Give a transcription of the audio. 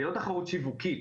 זו לא תחרות שיווקית,